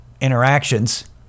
interactions